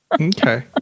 Okay